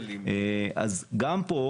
אז גם פה,